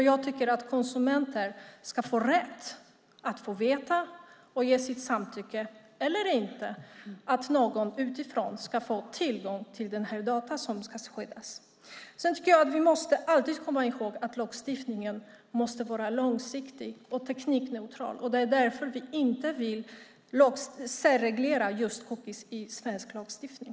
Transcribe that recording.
Jag tycker att konsumenter ska ha rätt att få veta detta och ge sitt samtycke, eller inte, för att någon utifrån ska få tillgång till de data som ska skyddas. Sedan behöver vi alltid komma ihåg att lagstiftningen måste vara långsiktig och teknikneutral. Det är därför vi inte vill särreglera just cookies i svensk lagstiftning.